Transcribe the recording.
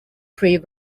pre